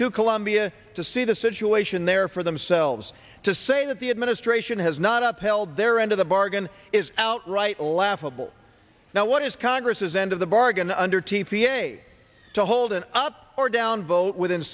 to colombia to see the situation there for themselves to say that the administration has not upheld their end of the bargain is outright laughable now what is congress's end of the bargain under t p a to hold an up or down vote within